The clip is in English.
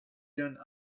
done